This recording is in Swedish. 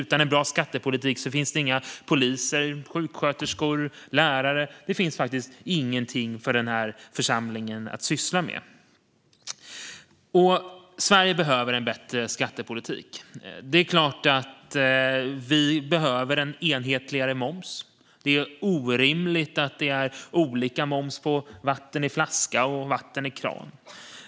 Utan en bra skattepolitik finns det inga poliser, sjuksköterskor eller lärare. Det finns faktiskt ingenting för den här församlingen att syssla med. Sverige behöver en bättre skattepolitik. Det är klart att vi behöver en enhetligare moms. Det är orimligt att det är olika moms på vatten i flaska och vatten i kranen.